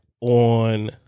on